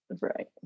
Right